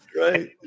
Right